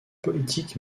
politique